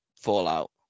Fallout